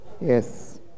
yes